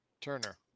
turner